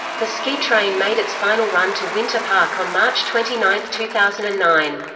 the ski train made its final run to winter park on march twenty nine, two thousand and nine.